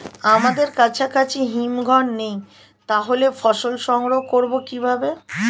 আমাদের কাছাকাছি হিমঘর নেই তাহলে ফসল সংগ্রহ করবো কিভাবে?